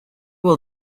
will